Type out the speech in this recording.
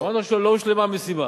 אמרתי שלא הושלמה המשימה.